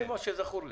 זה מה שזכור לי.